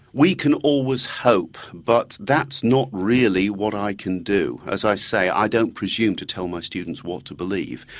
we can always hope but that's not really what i can do. as i say, i don't presume to tell my students what to believe,